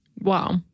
Wow